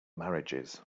marriages